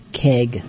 keg